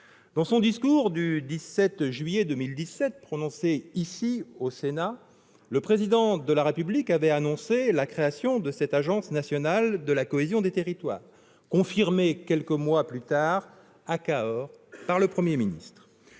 Dans son discours du 17 juillet 2017 prononcé au Sénat, le Président de la République avait annoncé la création d'une agence nationale de la cohésion des territoires, confirmée quelques mois plus tard à Cahors par le Premier ministre.